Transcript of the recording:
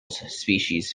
species